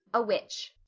a witch.